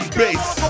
bass